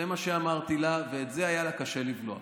זה מה שאמרתי לה, ואת זה היה לה קשה לבלוע.